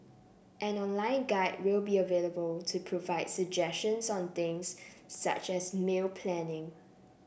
an online guide will be available to provide suggestions on things such as meal planning